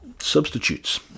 substitutes